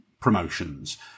promotions